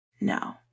no